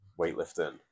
weightlifting